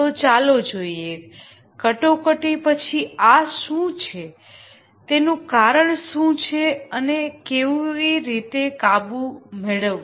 તો ચાલો જોઈએ ક્રાયસીસ પછી આ શું છે તેનું કારણ શું છે અને કેવી રીતે કાબુ મેળવવો